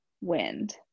wind